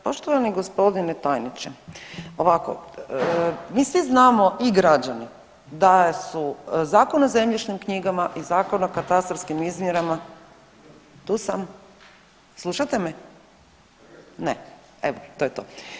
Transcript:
Poštovani gospodine tajniče, ovako mi svi znamo i građani da su Zakon o zemljišnim knjigama i Zakon o katastarskim izmjerama, tu sam, slušate me, ne, evo to je to.